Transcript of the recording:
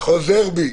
חוזר בי.